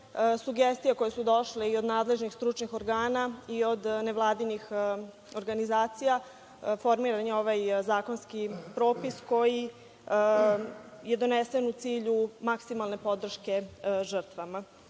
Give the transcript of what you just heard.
sugestije koje su došle i od nadležnih stručnih organa i od nevladinih organizacija, formiran je ovaj zakonski propis koji je donesen u cilju maksimalne podrške žrtvama. Ovim